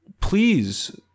please